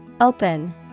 Open